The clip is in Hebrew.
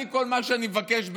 וכל מה שאני מבקש באמת,